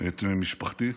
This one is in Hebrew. את משפחתי,